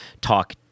talk